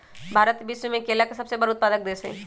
भारत विश्व में केला के सबसे बड़ उत्पादक देश हई